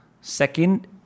second